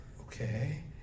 Okay